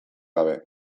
gabe